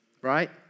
right